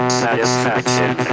satisfaction